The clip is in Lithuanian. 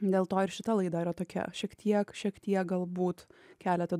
dėl to ir šita laida yra tokia šiek tiek šiek tiek galbūt keletą